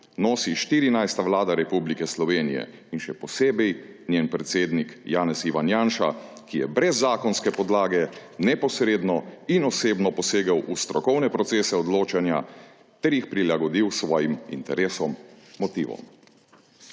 nosi 14. vlada Republike Slovenije in še posebej njen predsednik Janez (Ivan) Janša, ki je brez zakonske podlage neposredno in osebno posegel v strokovne procese odločanja ter jih prilagodil svojim interesom, motivom.